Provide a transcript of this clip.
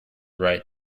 right